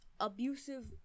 abusive